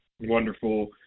wonderful –